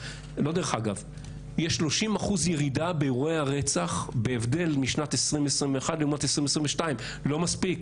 יש 30% ירידה באירועי הרצח בהבדל משנת 2021 לעומת 2022. לא מספיק.